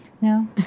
No